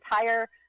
entire